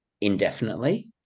indefinitely